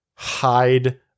Hide